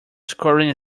scoring